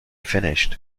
finished